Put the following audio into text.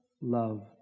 love